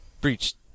breached